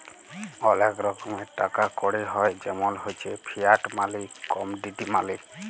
ওলেক রকমের টাকা কড়ি হ্য় জেমল হচ্যে ফিয়াট মালি, কমডিটি মালি